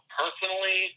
personally